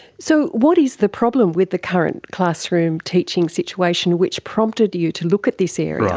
so what is the problem with the current classroom teaching situation which prompted you to look at this area?